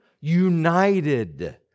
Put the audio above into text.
united